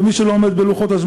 ומי שלא עומד בלוחות-הזמנים,